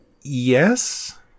Yes